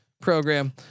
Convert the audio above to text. program